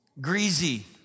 greasy